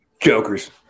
Joker's